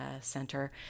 center